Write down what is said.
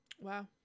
wow